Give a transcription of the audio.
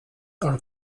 are